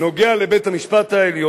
נוגע לבית המשפט-העליון,